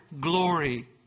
glory